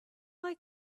like